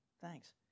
thanks